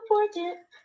important